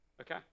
Okay